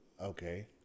Okay